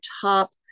top